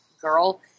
girl